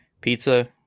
pizza